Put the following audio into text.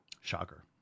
Shocker